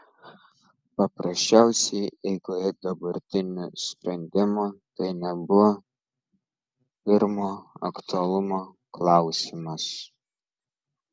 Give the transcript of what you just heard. paprasčiausiai eigoje dabartinių sprendimų tai nebuvo pirmo aktualumo klausimas